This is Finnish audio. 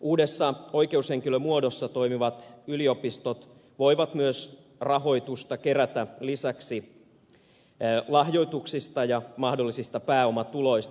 uudessa oikeushenkilömuodossa toimivat yliopistot voivat kerätä rahoitusta lisäksi lahjoituksista ja mahdollisista pääomatuloista